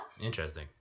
Interesting